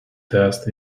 test